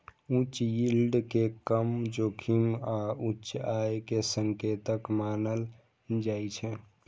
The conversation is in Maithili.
उच्च यील्ड कें कम जोखिम आ उच्च आय के संकेतक मानल जाइ छै